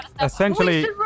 essentially